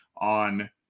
on